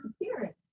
appearance